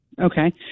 Okay